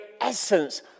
essence